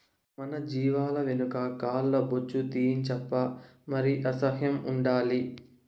మన జీవాల వెనక కాల్ల బొచ్చు తీయించప్పా మరి అసహ్యం ఉండాలి